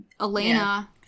elena